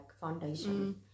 foundation